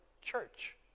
Church